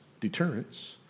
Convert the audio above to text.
deterrence